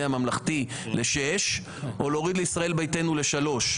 הממלכתי ל-6 או להוריד לישראל ביתנו ל-3.